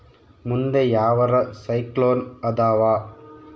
ಮುಂದೆ ಯಾವರ ಸೈಕ್ಲೋನ್ ಅದಾವ?